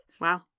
Wow